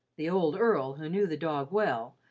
the old earl, who knew the dog well,